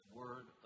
word